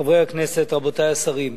חברי הכנסת, רבותי השרים,